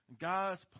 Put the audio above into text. God's